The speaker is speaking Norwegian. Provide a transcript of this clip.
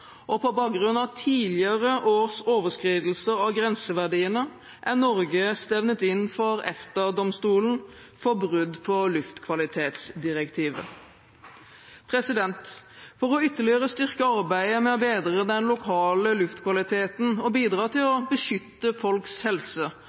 og på bakgrunn av tidligere års overskridelser av grenseverdiene er Norge stevnet inn for EFTA-domstolen for brudd på luftkvalitetsdirektivet. For ytterligere å styrke arbeidet med å bedre den lokale luftkvaliteten og bidra til å beskytte folks helse